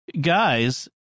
guys